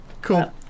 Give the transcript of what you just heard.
Cool